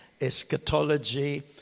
Eschatology